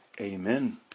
Amen